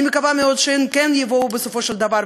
אני מקווה מאוד שהם כן יבואו בסופו של דבר,